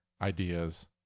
ideas